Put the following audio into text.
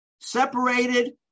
separated